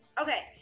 Okay